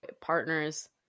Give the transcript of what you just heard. partners